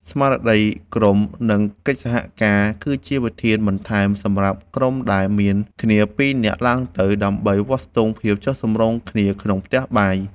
ស្មារតីក្រុម និងកិច្ចសហការ គឺជាវិធានបន្ថែមសម្រាប់ក្រុមដែលមានគ្នាពីរនាក់ឡើងទៅ ដើម្បីវាស់ស្ទង់ភាពចុះសម្រុងគ្នាក្នុងផ្ទះបាយ។